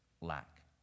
lack